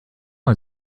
mal